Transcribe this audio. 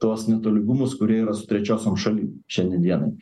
tuos netolygumus kurie yra su trečiosiom šalim šiandien dienai